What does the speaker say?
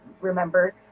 remember